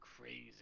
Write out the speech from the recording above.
crazy